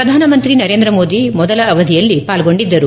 ಪ್ರಧಾನಮಂತ್ರಿ ನರೇಂದ್ರ ಮೋದಿ ಮೊದಲ ಅವಧಿಯಲ್ಲಿ ಪಾಲ್ಗೊಂಡಿದ್ದರು